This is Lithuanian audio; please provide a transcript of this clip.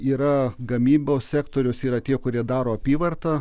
yra gamybos sektorius yra tie kurie daro apyvartą